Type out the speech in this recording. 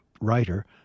writer